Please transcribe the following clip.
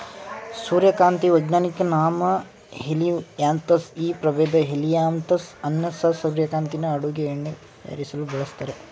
ಸೂರ್ಯಕಾಂತಿ ವೈಜ್ಞಾನಿಕ ನಾಮ ಹೆಲಿಯಾಂತಸ್ ಈ ಪ್ರಭೇದ ಹೆಲಿಯಾಂತಸ್ ಅನ್ನಸ್ ಸೂರ್ಯಕಾಂತಿನ ಅಡುಗೆ ಎಣ್ಣೆ ತಯಾರಿಸಲು ಬಳಸ್ತರೆ